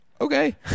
okay